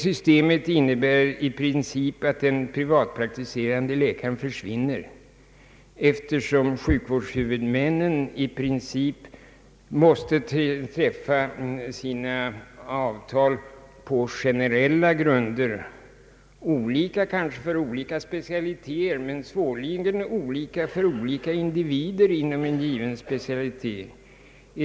Systemet innebär i princip att den privatpraktiserande läkaren försvinner, eftersom sjukvårdshuvudmännen i regel måste träffa sina avtal på generella grunder — kanske olika för olika specialiteter men knappast olika för skilda individer i en given specialitet.